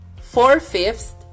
Four-fifths